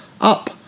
up